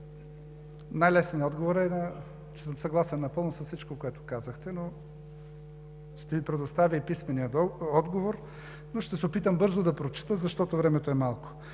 най-лесният отговор е, че съм напълно съгласен с всичко, което казахте, но ще Ви предоставя и писмения отговор. Ще се опитам бързо да прочета, защото времето е малко.